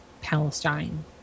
Palestine